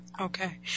okay